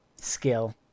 skill